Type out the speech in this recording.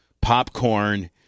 popcorn